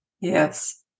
Yes